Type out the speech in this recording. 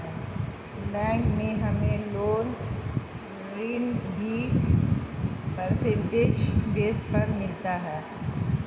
bank से हमे loan ऋण भी परसेंटेज बेस पर मिलता है